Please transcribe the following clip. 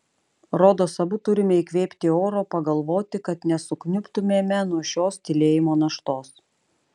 rodos abu turime įkvėpti oro pagalvoti kad nesukniubtumėme nuo šios tylėjimo naštos